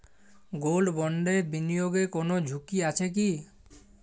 Gold বন্ডে বিনিয়োগে কোন ঝুঁকি আছে কি?